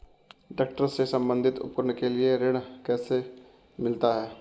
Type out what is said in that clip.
Tractor से संबंधित उपकरण के लिए ऋण कैसे मिलता है?